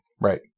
Right